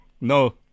No